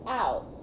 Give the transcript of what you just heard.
out